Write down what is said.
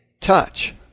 touch